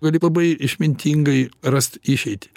gali labai išmintingai rast išeitį